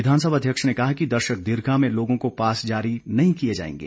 विधानसभा अध्यक्ष ने कहा कि दर्शक दीर्घा में लोगों को पास जारी नहीं किए जाएंगे